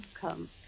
come